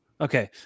Okay